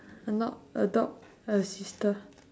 or not adopt her sister